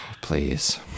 Please